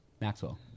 Maxwell